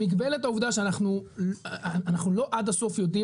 במגבלת העובדה שאנחנו לא עד הסוף יודעים